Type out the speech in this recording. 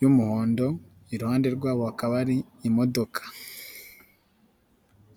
y'umuhondo, iruhande rwabo hakaba hari imodoka.